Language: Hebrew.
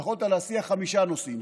יכולת להסיע חמישה נוסעים,